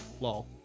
Lol